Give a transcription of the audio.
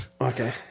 Okay